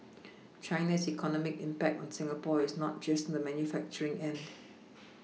China's economic impact on Singapore is not just on the manufacturing end